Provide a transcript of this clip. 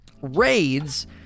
Raids